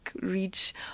reach